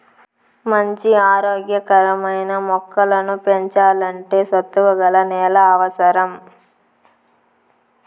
మంచి ఆరోగ్య కరమైన మొక్కలను పెంచల్లంటే సత్తువ గల నేల అవసరం